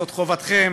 זאת חובתכם,